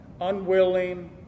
Unwilling